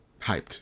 hyped